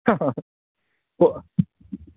ꯑꯣ